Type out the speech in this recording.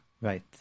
Right